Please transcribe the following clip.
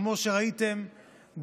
כמו שראיתם,